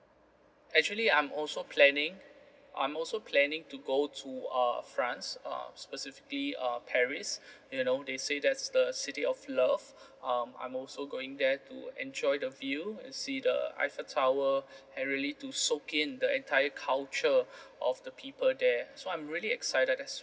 actually I'm also planning I'm also planning to go to uh france uh specifically uh paris you know they say that's the city of love um I'm also going there to enjoy the view and see the eiffel tower and really to soak in the entire culture of the people there so I'm really excited as